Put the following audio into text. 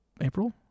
April